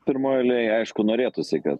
pirmoj eilėj aišku norėtųsi kad